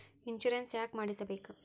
Insurance ಯಾಕ್ ಮಾಡಿಸಬೇಕು?